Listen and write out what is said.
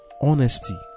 honesty